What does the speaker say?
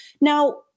Now